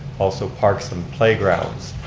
also parks and playgrounds.